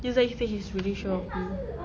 that's why he says he's really sure of me